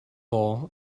all